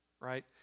right